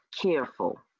careful